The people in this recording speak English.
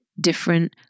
different